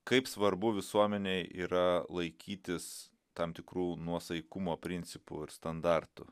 kaip svarbu visuomenei yra laikytis tam tikrų nuosaikumo principų ir standartų